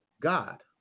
God